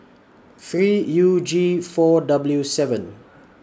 three U G four W seven